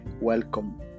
Welcome